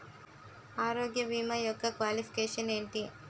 ఆరోగ్య భీమా యెక్క క్వాలిఫికేషన్ ఎంటి?